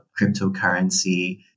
cryptocurrency